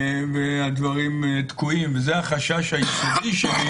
וזה החשש העיקרי שלי,